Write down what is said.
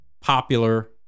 popular